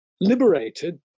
liberated